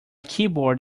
keyboard